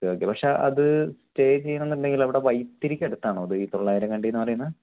okay okay പക്ഷെ അത് stay ചെയ്യണമെന്നുണ്ടെങ്കിൽ അവിടെ വൈത്തിരിക്കടുത്താണോ ഇതീ തൊള്ളായിരം കണ്ടി എന്ന് പറയുന്നത്